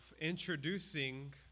introducing